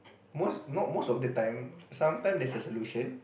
most not most of the time sometime there's a solution